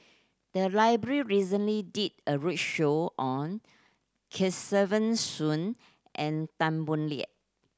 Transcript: the library recently did a roadshow on Kesavan Soon and Tan Boo Liat